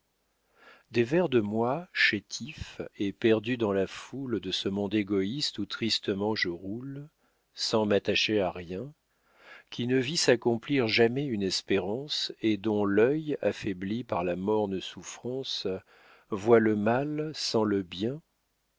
des vers de moi chétif et perdu dans la foule de ce monde égoïste où tristement je roule sans m'attacher à rien qui ne vis s'accomplir jamais une espérance et dont l'œil affaibli par la morne souffrance voit le mal sans le bien